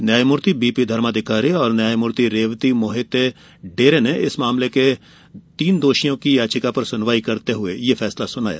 न्यायमूर्ति B P Dharmadhikari और न्यायमूर्ति रेवती मोहिते डेरे ने इस मामले के तीन दोषियों की याचिका पर सुनवाई करते हुए यह फैसला सुनाया